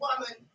woman